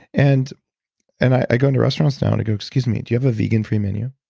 and and i go into restaurants now and i go, excuse me, do you have a vegan free menu?